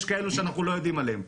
יש כאלו שאנחנו לא יודעים עליהם.